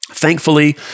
Thankfully